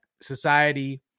society